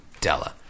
Della